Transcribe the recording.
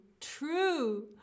true